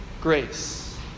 grace